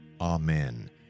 Amen